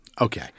Okay